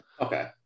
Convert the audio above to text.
okay